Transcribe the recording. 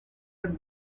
are